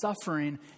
suffering